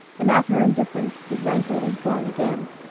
and at her indifference his rancor was born again.